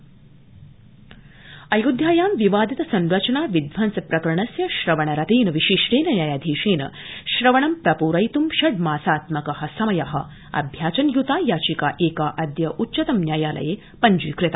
अयोध्या अयोध्यायां विवाणित संरचना विध्वंस प्रकरणस्य श्रवणरतेन विशिष्टेन न्यायाधीशेन श्रवणं प्रप्रयित्ं षड् मासात्मक समय अभ्याचनय्ता याचिका अद्य उच्चतम न्यायालये पंजीकृता